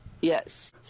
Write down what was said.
Yes